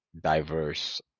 diverse